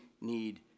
need